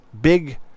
big